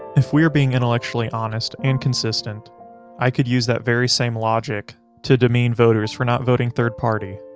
if we are being intellectually honest and consistent i could use that very same logic to demean voters for not voting third party.